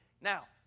Now